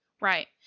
Right